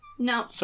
No